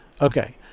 okay